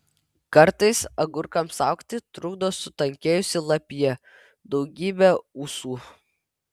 kartais agurkams augti trukdo sutankėjusi lapija daugybė ūsų